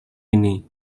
ini